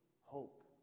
hope